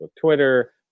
Twitter